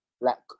black